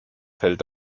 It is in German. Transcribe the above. fällt